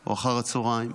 או אחר הצוהריים.